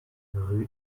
rue